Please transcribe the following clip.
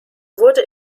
wurde